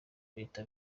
leta